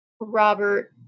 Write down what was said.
Robert